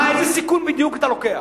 איזה סיכון בדיוק אתה לוקח?